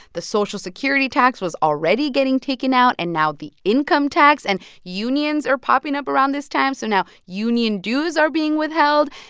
the social security tax was already getting taken out. and now the income tax and unions are popping up around this time. so now union dues are being withheld.